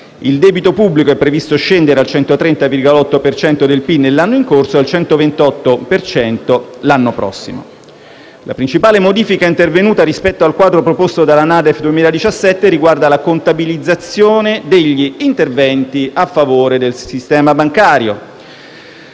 Il debito pubblico è previsto scendere al 130,8 per cento del PIL nell'anno in corso e al 128 per cento l'anno prossimo. La principale modifica intervenuta rispetto al quadro proposto dalla NADEF 2017 riguarda la contabilizzazione degli interventi a favore del sistema bancario.